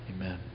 Amen